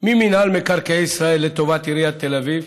ממינהל מקרקעי ישראל לטובת עיריית תל אביב,